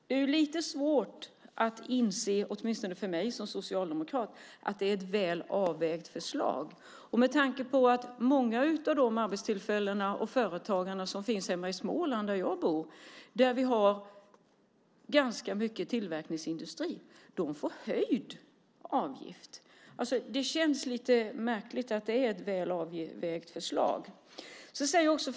Det är lite svårt, åtminstone för mig som socialdemokrat, att inse att detta är ett väl avvägt förslag med tanke på att många av de arbetstillfällen och företagare som finns hemma i Småland där jag bor, där vi har ganska mycket tillverkningsindustri, får höjd avgift. Det känns lite märkligt att det skulle vara ett väl avvägt förslag.